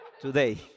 Today